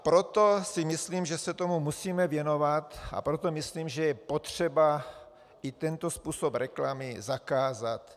Proto si myslím, že se tomu musíme věnovat, a proto myslím, že je potřeba i tento způsob reklamy zakázat.